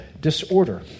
disorder